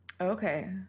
Okay